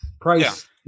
Price